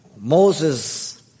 Moses